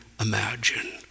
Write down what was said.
imagine